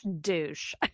douche